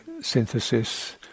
synthesis